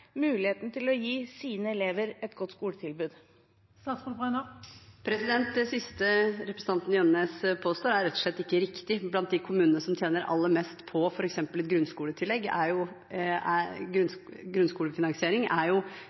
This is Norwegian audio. muligheten til å gi sine elever et godt skoletilbud. Det siste representanten Jønnes påstår, er rett og slett ikke riktig. Blant de kommunene som tjener aller mest på f.eks. et grunnskoletillegg, grunnskolefinansiering, er